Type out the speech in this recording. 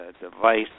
device